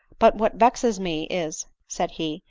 but what vexes me is, said he,